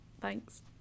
Thanks